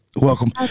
Welcome